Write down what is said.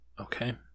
Okay